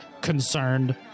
concerned